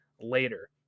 later